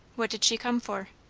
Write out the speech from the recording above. what did she come for?